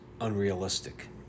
unrealistic